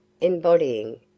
embodying